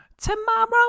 Tomorrow